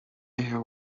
air